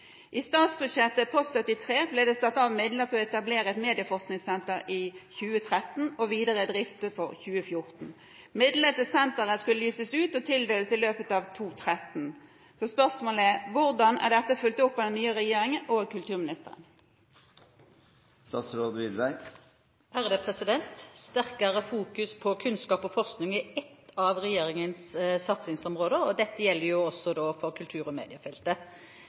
I statsbudsjettet post 73 ble det satt av midler til å etablere et medieforskningssenter i 2013 og videre drift i 2014. Midlene til senteret skulle lyses ut og tildeles i løpet av 2013. Hvordan er dette fulgt opp av den nye regjeringen og kulturministeren?» Sterkere fokus på kunnskap og forskning er et av regjeringens satsingsområder. Dette gjelder også for kultur- og mediefeltet.